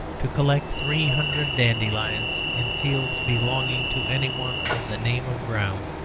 to collect three hundred dandelions in fields belonging to anyone of the name of brown,